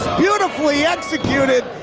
beautifully executed,